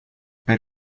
per